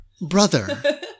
Brother